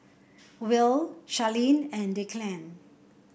will Charlene and Declan